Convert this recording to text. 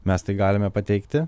mes tai galime pateikti